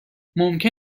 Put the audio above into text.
ممکن